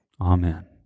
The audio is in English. Amen